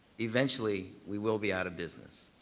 eventually we will be out of business,